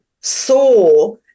saw